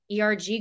ERG